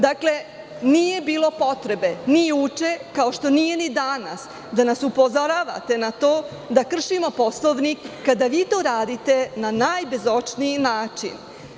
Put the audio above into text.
Dakle, nije bilo potrebe ni juče, kao što nije ni danas, da nas upozoravate na to kršimo Poslovnik, kada vi to radite na najbezočniji način.